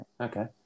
Okay